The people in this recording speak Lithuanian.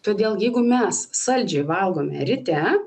todėl jeigu mes saldžiai valgome ryte